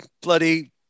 bloody